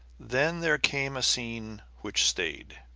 then there came a scene which stayed.